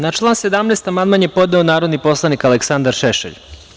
Na član 17. amandman je podneo narodni poslanik Aleksandar Šešelj.